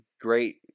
great